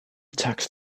tax